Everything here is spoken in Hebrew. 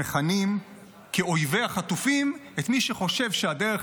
מכנים כאויבי החטופים את מי שחושב שהדרך